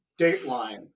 Dateline